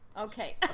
Okay